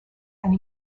and